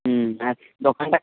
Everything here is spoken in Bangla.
হুম আর দোকানটা